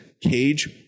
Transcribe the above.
cage